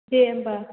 दे होनबा